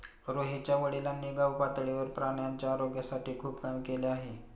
रोहितच्या वडिलांनी गावपातळीवर प्राण्यांच्या आरोग्यासाठी खूप काम केले आहे